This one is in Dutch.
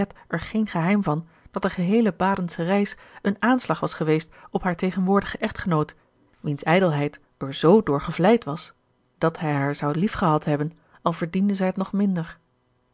er geen geheim van dat de geheele badensche reis een aanslag was geweest op haar tegenwoordigen echtgenoot wiens ijdelheid er zoo door gevleid was dat hij haar zou liefgehad hebben al verdiende zij het nog minder